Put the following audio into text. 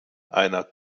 einer